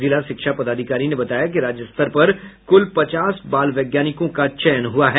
जिला शिक्षा पदाधिकारी ने बताया कि राज्य स्तर पर कुल पचास बाल वैज्ञानिकों का चयन हुआ है